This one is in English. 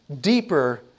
deeper